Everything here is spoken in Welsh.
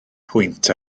pwynt